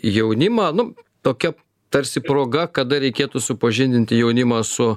jaunimą nu tokia tarsi proga kada reikėtų supažindinti jaunimą su